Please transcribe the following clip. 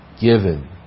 given